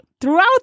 throughout